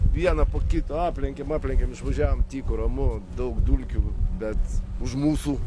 vieną po kito aplenkėm aplenkėm ižvažiavom tyku ramu daug dulkių bet už mūsų